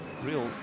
real